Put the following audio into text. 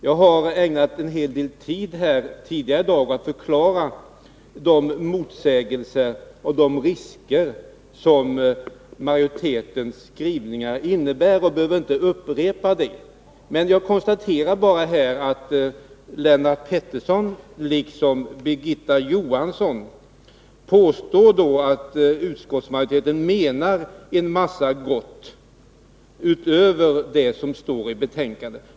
Jag har ägnat en hel del tid tidigare i dag åt att förklara de motsägelser och de risker som majoritetens skrivningar innebär, och jag behöver inte upprepa detta. Jag vill bara konstatera att Lennart Pettersson liksom Birgitta Johansson påstår att utskottsmajoriteten menar en massa gott, utöver det som står i utskottsbetänkandet.